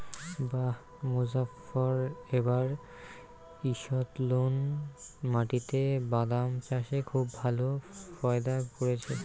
বাঃ মোজফ্ফর এবার ঈষৎলোনা মাটিতে বাদাম চাষে খুব ভালো ফায়দা করেছে